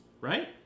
right